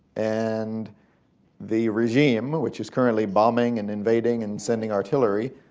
and the regime, which is currently bombing and invading and sending artillery,